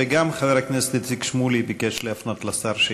גם חבר הכנסת איציק שמולי ביקש להפנות לשר שאלה.